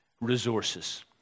resources